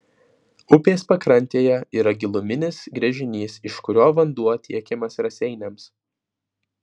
upės pakrantėje yra giluminis gręžinys iš kurio vanduo tiekiamas raseiniams